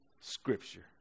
scripture